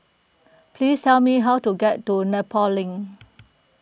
please tell me how to get to Nepal Link